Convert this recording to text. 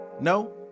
No